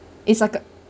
it's like a